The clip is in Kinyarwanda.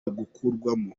gukurwamo